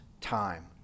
time